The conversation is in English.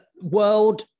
world